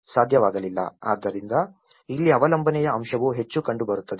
ಆದ್ದರಿಂದ ಇಲ್ಲಿ ಅವಲಂಬನೆಯ ಅಂಶವು ಹೆಚ್ಚು ಕಂಡುಬರುತ್ತದೆ